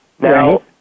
Now